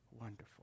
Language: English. wonderful